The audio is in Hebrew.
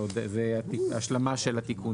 זה השלמה של התיקון